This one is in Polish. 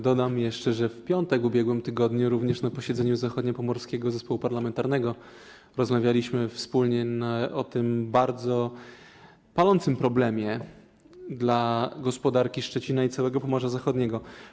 Dodam jeszcze, że w ubiegłym tygodniu, w piątek, również na posiedzeniu Zachodniopomorskiego Zespołu Parlamentarnego rozmawialiśmy wspólnie o tym bardzo palącym problemie dla gospodarki Szczecina i całego Pomorza Zachodniego.